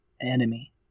enemy